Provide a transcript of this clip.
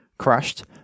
crushed